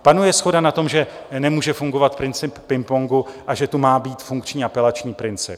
Panuje shoda na tom, že nemůže fungovat princip pingpongu a že tu má být funkční apelační princip.